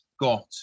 got